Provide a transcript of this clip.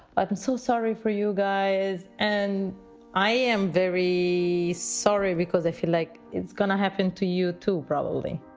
i'm so sorry for you guys and i am very sorry because i feel like it's gonna happen to you, too. probably